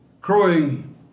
Crowing